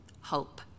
hope